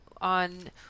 on